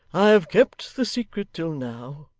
i have kept the secret till now,